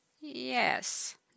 Yes